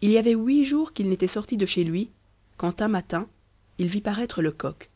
il y avait huit jours qu'il n'était sorti de chez lui quand un matin il vit paraître lecoq